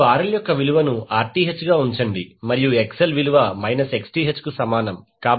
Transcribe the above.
మీరు RL యొక్క విలువను Rth గా ఉంచండి మరియు XL విలువ మైనస్ Xth కు సమానం